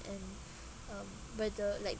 and um whether like